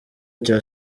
cya